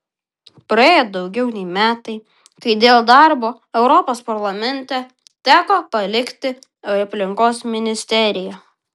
praėjo daugiau nei metai kai dėl darbo europos parlamente teko palikti aplinkos ministeriją